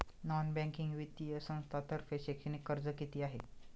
Non banking वित्तीय संस्थांतर्फे शैक्षणिक कर्ज किती आहे?